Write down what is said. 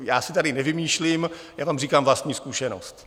Já si tady nevymýšlím, jenom říkám vlastní zkušenost.